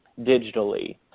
digitally